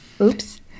Oops